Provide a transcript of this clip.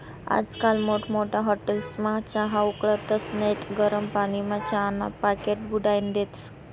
आजकाल मोठमोठ्या हाटेलस्मा चहा उकाळतस नैत गरम पानीमा चहाना पाकिटे बुडाईन देतस